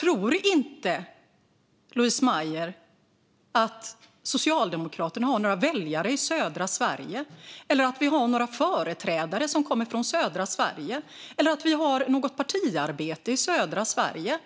Tror inte Louise Meijer att Socialdemokraterna har några väljare i södra Sverige, att vi har några företrädare som kommer från södra Sverige eller att vi har något partiarbete i södra Sverige?